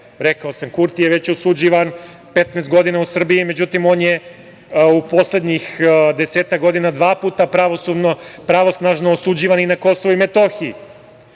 Rekao sam, Kurti je već osuđivan, 15 godina u Srbiji, međutim, on je u poslednjih desetak godina dva puta pravosnažno osuđivan i na Kosovu i Metohiji.